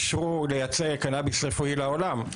אישרו לייצא קנביס רפואי לעולם.